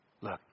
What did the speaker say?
Look